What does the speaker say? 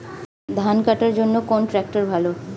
ধান কাটার জন্য কোন ট্রাক্টর ভালো?